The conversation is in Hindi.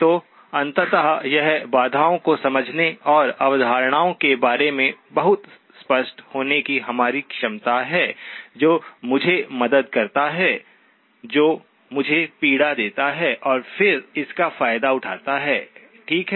तो अंततः यह बाधाओं को समझने और अवधारणाओं के बारे में बहुत स्पष्ट होने की हमारी क्षमता है जो मुझे मदद करता है जो मुझे पीड़ा देता है और फिर इसका फायदा उठाता है ठीक है